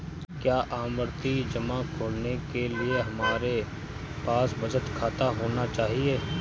क्या आवर्ती जमा खोलने के लिए हमारे पास बचत खाता होना चाहिए?